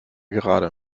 gerade